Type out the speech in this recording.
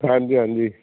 ਹਾਂਜੀ ਹਾਂਜੀ